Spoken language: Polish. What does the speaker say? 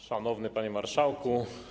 Szanowny Panie Marszałku!